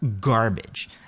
garbage